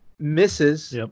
misses